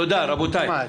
תודה רבותיי.